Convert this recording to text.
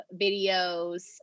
videos